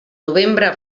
novembre